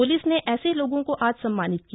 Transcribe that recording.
police ने ऐसे लोगों को आज सम्मानित किया